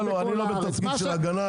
אני לא בתפקיד של הגנה על האוצר.